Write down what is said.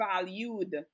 valued